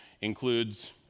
includes